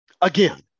Again